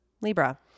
Libra